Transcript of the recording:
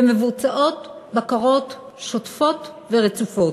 ומבוצעות בקרות שוטפות ורצופות.